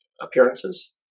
appearances